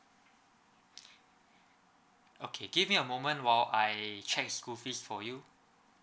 okay give me a moment while I check school fees for you